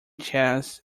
chess